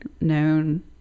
known